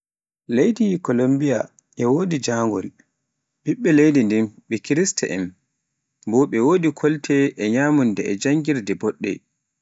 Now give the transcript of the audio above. Leydi Kolumbiya e wodi njangol, ɓiɓɓe leydi ndin ɓe kirsta en, bo ɓe wodi kolte e nyamunda e janngirde boɗɗe.